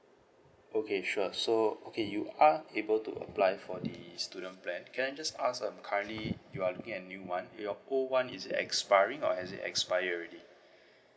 okay sure so okay you are able to apply for the student plan can I just ask um currently you are looking a new one your old one is expiring or has it expired already